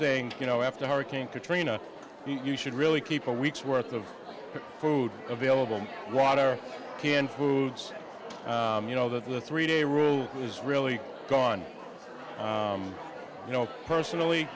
saying you know after hurricane katrina you should really keep a week's worth of food available rotter canned foods you know that the three day rule is really gone you know personally